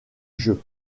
jeu